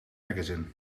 magazine